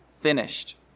finished